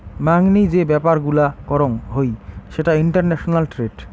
মাংনি যে ব্যাপার গুলা করং হই সেটা ইন্টারন্যাশনাল ট্রেড